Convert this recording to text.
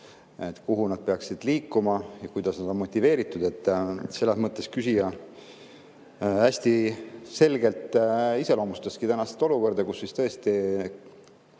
kuhu nad peaksid liikuma ja kuidas nad on motiveeritud. Selles mõttes küsija hästi selgelt iseloomustas tänast olukorda, kus tõesti